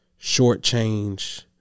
shortchange